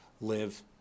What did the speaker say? live